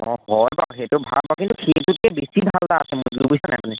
অঁ হয় বাৰু সেইটো ভাল বাৰু কিন্তু সেইটোতকৈ বেছি ভাল এটা আছে মোৰ তাত বুজিছেনে নাই আপুনি